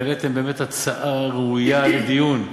העליתם באמת הצעה ראויה לדיון.